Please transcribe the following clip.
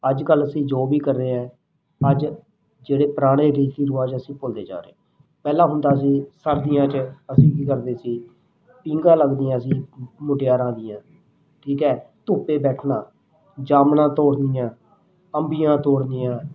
ਅੱਜ ਕੱਲ੍ਹ ਅਸੀਂ ਜੋ ਵੀ ਕਰ ਰਹੇ ਹਾਂ ਅੱਜ ਜਿਹੜੇ ਪੁਰਾਣੇ ਰੀਤੀ ਰਿਵਾਜ ਅਸੀਂ ਭੁੱਲਦੇ ਜਾ ਰਹੇ ਪਹਿਲਾਂ ਹੁੰਦਾ ਸੀ ਸਰਦੀਆਂ 'ਚ ਅਸੀਂ ਕੀ ਕਰਦੇ ਸੀ ਪੀਂਘਾਂ ਲੱਗਦੀਆਂ ਸੀ ਮੁ ਮੁਟਿਆਰਾਂ ਦੀਆਂ ਠੀਕ ਹੈ ਧੁੱਪੇ ਬੈਠਣਾ ਜਾਮਣਾਂ ਤੋੜਨੀਆਂ ਅੰਬੀਆਂ ਤੋੜਨੀਆਂ